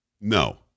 No